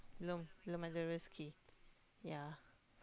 belum belum ada rezeki yeah